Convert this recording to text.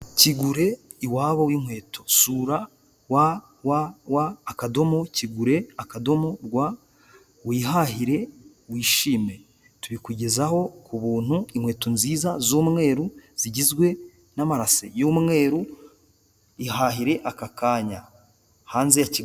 Kigure iwabo w'inkweto sura wa wa wa akadomo kigure akadomo rwa wihahire, wishime, tubikugezaho ku buntu, inkweto nziza z'umwe zigizwe n'amarase y'umwe, ihahire akakanyaya hanze ya Kigali.